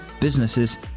businesses